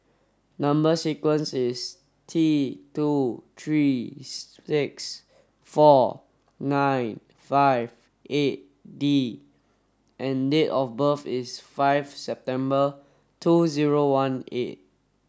number sequence is T two three six four nine five eight D and date of birth is five September two zero one eight